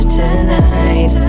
tonight